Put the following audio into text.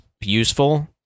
useful